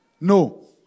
no